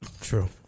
True